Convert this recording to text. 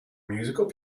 musical